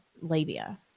labia